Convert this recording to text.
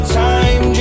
time